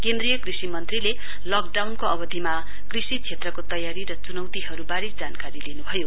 केन्द्रीय कृषि मन्त्रीले लकडाउनको अवधिमा कृषि क्षेत्रको तयारी तथा चुनौतीहरूबारे जानकारी लिनुभयो